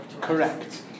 Correct